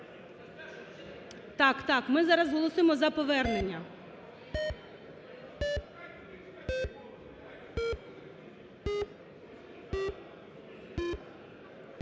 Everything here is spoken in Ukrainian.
Так, так ми зараз голосуємо за повернення.